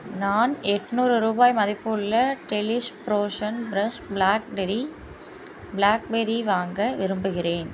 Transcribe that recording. நான் எட்நூறு ரூபாய் மதிப்புள்ள delish frozen fresh blackberry blackberry வாங்க விரும்புகிறேன்